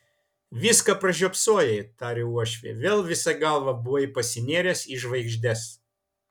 viską pražiopsojai tarė uošvė vėl visa galva buvai pasinėręs į žvaigždes